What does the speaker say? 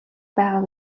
байгаа